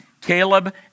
Caleb